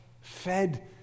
fed